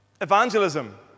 evangelism